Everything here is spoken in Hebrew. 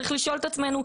צריך לשאול את עצמנו,